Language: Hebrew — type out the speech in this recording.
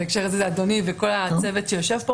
בהקשר הזה זה אדוני וכל הצוות שיושב פה